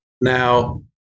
Now